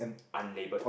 unlabelled